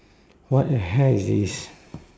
what the heck is this